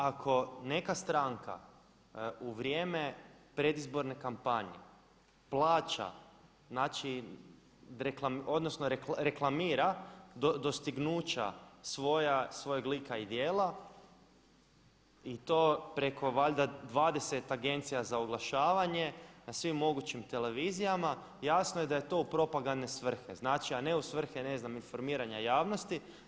Ako neka stranka u vrijeme predizborne kampanje plaća, odnosno reklamira dostignuća svoja, svojeg lika i djela i to preko valjda 20 agencija za oglašavanje na svim mogućim televizijama jasno je da je to u propagandne svrhe, znači a ne u svrhe, ne znam informiranja javnosti.